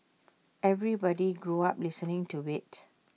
everybody grew up listening to IT